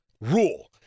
rule